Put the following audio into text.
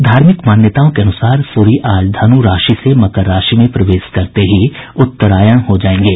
धार्मिक मान्यता के अनुसार सूर्य आज धन् राशि से मकर राशि में प्रवेश करते ही उत्तरायण हो जायेंगे